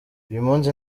uyumunsi